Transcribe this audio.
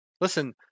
Listen